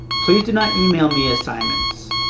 please do not email me assignments.